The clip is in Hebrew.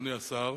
אדוני השר,